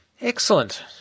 Excellent